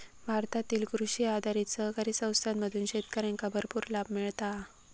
भारतातील कृषी आधारित सहकारी संस्थांमधून शेतकऱ्यांका भरपूर लाभ मिळता हा